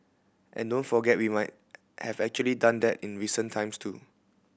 and don't forget we might have actually done that in recent times too